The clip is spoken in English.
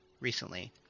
recently